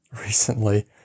Recently